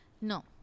no